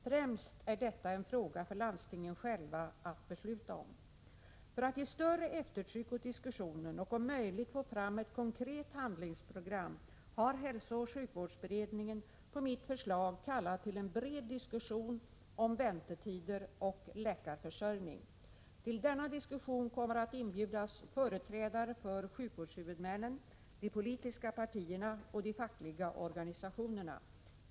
Främst är detta en fråga för landstingen själva att besluta om. För att ge större eftertryck åt diskussionen och om möjligt få fram ett konkret handlingsprogram har hälsooch sjukvårdsberedningen på mitt förslag kallat till en bred diskussion om väntetider och läkarförsörjning. Till denna diskussion kommer att inbjudas företrädare för sjukvårdshuvudmän nen, de politiska partierna och de fackliga organisationerna.